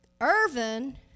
Irvin